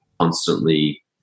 constantly